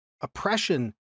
oppression